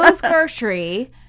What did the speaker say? grocery